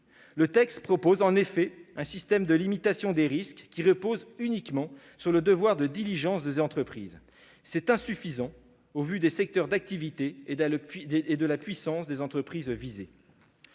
Le texte prévoit en effet un système de limitation des risques qui repose uniquement sur le devoir de diligence des entreprises. C'est insuffisant au vu des secteurs d'activité et de la puissance des entreprises visés.